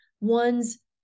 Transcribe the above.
one's